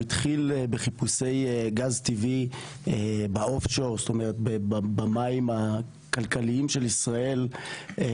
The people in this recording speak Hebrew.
הוא התחיל בחיפושי גז טבעי במים הכלכליים של ישראל רק